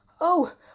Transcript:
Oh